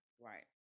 right